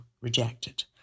rejected